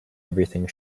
everything